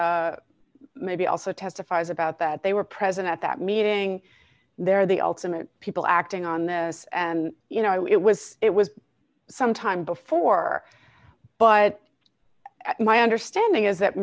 scott maybe also testifies about that they were present at that meeting they're the ultimate people acting on this and you know it was it was some time before but my understanding is that